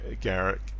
Garrett